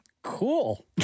Cool